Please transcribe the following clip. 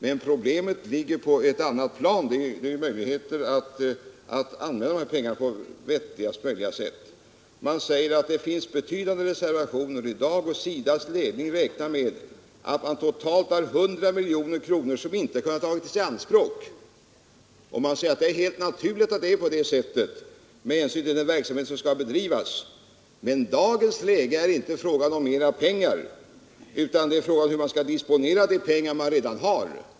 Problemen ligger på ett annat plan. De gäller möjligheterna att använda dessa pengar på vettigaste möjliga sätt. Man säger att det finns betydande reservationer i dag, och SIDA:s ledning räknar med att man totalt har 100 miljoner kronor som inte kunnat tas i anspråk. Man anser att detta är naturligt med hänsyn till den verksamhet som skall bedrivas. Men i dagens läge gäller det inte att få fram mera pengar utan frågan är hur man skall disponera de pengar man redan har.